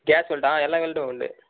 case வெல்டாக எல்லா வெல்டும் உண்டு